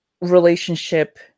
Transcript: relationship